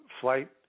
flight